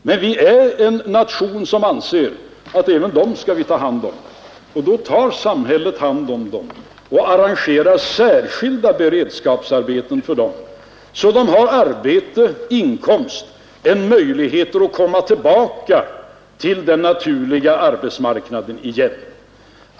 Men vi är en nation som anser att även dem skall vi ta hand om, och då tar samhället hand om dem och 115 arrangerar särskilda beredskapsarbeten för dem så att de har arbete, inkomst och en möjlighet att komma tillbaka till den naturliga arbetsmarknaden igen.